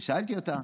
ושאלתי אותה,